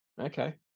Okay